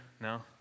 No